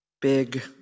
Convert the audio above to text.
Big